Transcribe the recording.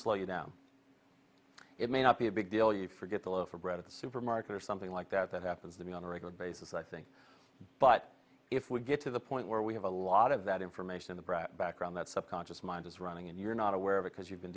slow you down it may not be a big deal you forget a loaf of bread at the supermarket or something like that that happens to me on a regular basis i think but if we get to the point where we have a lot of that information the brat background that subconscious mind is running and you're not aware because you've been